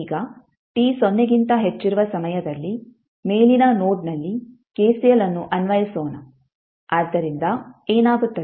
ಈಗ t ಸೊನ್ನೆಗಿಂತ ಹೆಚ್ಚಿರುವ ಸಮಯದಲ್ಲಿ ಮೇಲಿನ ನೋಡ್ನಲ್ಲಿ ಕೆಸಿಎಲ್ ಅನ್ನು ಅನ್ವಯಿಸೋಣ ಆದ್ದರಿಂದ ಏನಾಗುತ್ತದೆ